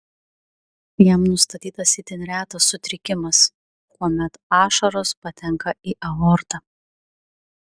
jam nustatytas itin retas sutrikimas kuomet ašaros patenka į aortą